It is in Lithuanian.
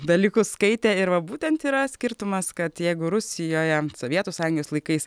dalykus skaitę ir va būtent yra skirtumas kad jeigu rusijoje sovietų sąjungos laikais